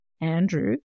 Andrew